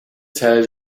tell